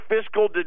fiscal